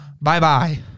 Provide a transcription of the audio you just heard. bye-bye